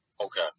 Okay